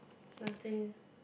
nothing